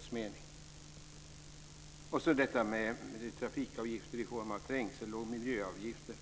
Sedan har vi detta med trafikavgifter i form av trängsel och miljöavgifter.